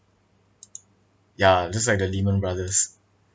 ya just like the lehman brothers